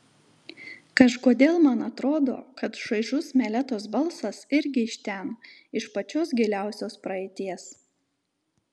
kažkodėl man atrodo kad šaižus meletos balsas irgi iš ten iš pačios giliausios praeities